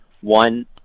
one